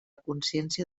consciència